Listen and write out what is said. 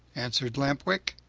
answered lamp-wick.